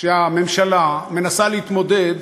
שהממשלה מנסה להתמודד